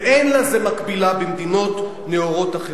ואין לזה מקבילה במדינות נאורות אחרות.